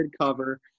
cover